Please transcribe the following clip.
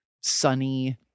sunny